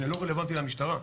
זה לא רלוונטי למשטרה.